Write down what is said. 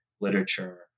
literature